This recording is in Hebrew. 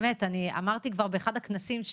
אמרתי כבר באחד הכנסים,